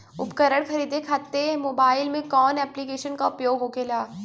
उपकरण खरीदे खाते मोबाइल में कौन ऐप्लिकेशन का उपयोग होखेला?